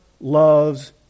loves